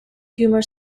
humour